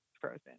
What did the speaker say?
frozen